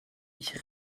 ich